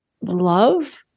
love